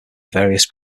various